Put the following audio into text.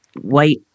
white